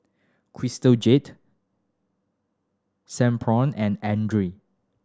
Crystal Jade Sephora and Andre